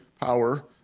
power